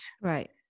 Right